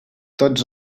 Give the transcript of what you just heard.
tots